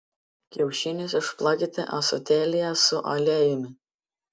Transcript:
kiaušinius išplakite ąsotėlyje su aliejumi